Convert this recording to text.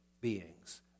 beings